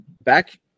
back